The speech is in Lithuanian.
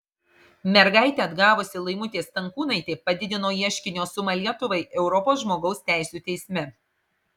mergaitę atgavusi laimutė stankūnaitė padidino ieškinio sumą lietuvai europos žmogaus teisių teisme